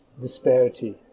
disparity